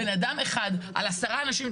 בן אדם אחד על עשרה אנשים.